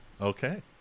Okay